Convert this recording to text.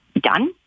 done